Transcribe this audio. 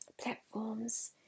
platforms